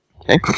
Okay